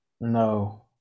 No